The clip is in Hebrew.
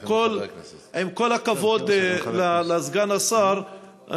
עם כל הכבוד לסגן השר,